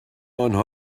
آنها